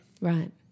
Right